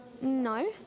No